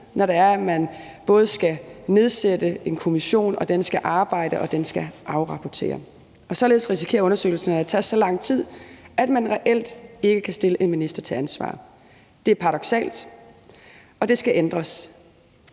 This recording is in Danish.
når man skal nedsætte en kommission og den skal arbejde og skal afrapportere. Således risikerer man , at undersøgelserne tager så lang tid, at man reelt ikke kan stille en minister til ansvar. Det er paradoksalt, og det skal ændres.